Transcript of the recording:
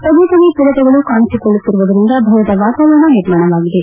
ಪದೆ ಪದೆ ಚಿರತೆಗಳು ಕಾಣಿಸಿಕೊಳ್ಳುತ್ತಿರುವುದರಿಂದ ಭಯದ ವಾತಾವರಣ ನಿರ್ಮಾಣವಾಗಿದೆ